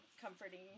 comforting